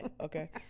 okay